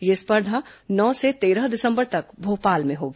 यह स्पर्धा नौ से तेरह दिसम्बर तक भोपाल में होगी